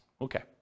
Okay